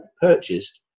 purchased